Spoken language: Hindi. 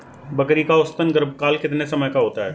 बकरी का औसतन गर्भकाल कितने समय का होता है?